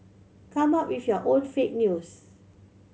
come up with your own fake news